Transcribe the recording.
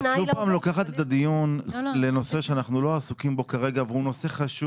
את לוקחת את הדיון לנושא שאנחנו לא עסוקים בו כרגע והוא נושא חשוב.